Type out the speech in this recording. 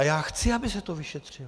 Já chci, aby se to vyšetřilo.